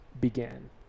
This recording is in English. began